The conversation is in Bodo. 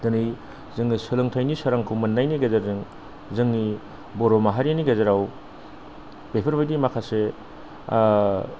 दिनै जोङो सोलोंथाइनि सोरांखौ मोननायनि गेजेरेजों जोंनि बर' माहारिनि गेजेराव बेफोरबायदि माखासे